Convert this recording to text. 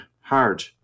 hard